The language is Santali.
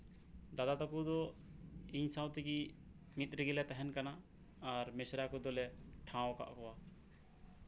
ᱫᱟᱫᱟ ᱛᱟᱠᱚ ᱫᱚ ᱤᱧ ᱥᱟᱶ ᱛᱮᱜᱮ ᱢᱤᱫ ᱨᱮᱜᱮ ᱞᱮ ᱛᱟᱦᱮᱱ ᱠᱟᱱᱟ ᱟᱨ ᱢᱤᱥᱨᱟ ᱠᱚᱫᱚ ᱞᱮ ᱴᱷᱟᱶ ᱠᱟᱫ ᱠᱚᱣᱟ